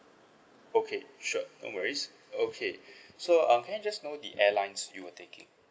okay sure no worries okay so um can I just know the airlines you were taking